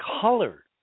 color